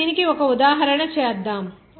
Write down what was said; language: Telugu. ఇప్పుడు దీనికి ఒక ఉదాహరణ చేద్దాం